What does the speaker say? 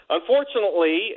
Unfortunately